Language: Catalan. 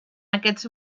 aquests